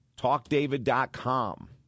talkdavid.com